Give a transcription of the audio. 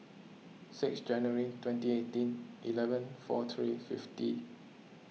sixth January twenty eighteen eleven four three fifty